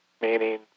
meaning